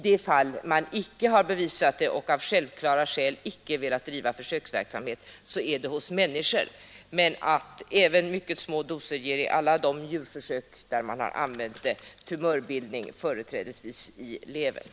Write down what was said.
Det enda fall där det inte är bevisat och där man icke velat bedriva försöksverksamhet gäller människan — i alla de djurförsök där man har använt aflatoxin har även mycket små doser förorsakat tumörbildning, företrädesvis i levern.